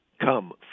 come